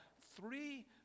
three